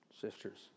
sisters